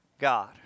God